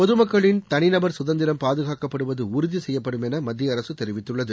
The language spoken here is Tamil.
பொது மக்களின் தனிநபர் குதந்திரம் பாதுகாக்கப்படுவது உறுதி செய்யப்படும் என மத்திய அரசு தெரிவித்துள்ளது